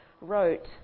wrote